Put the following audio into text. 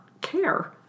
care